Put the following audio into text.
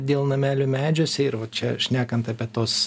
dėl namelių medžiuose ir va čia šnekant apie tuos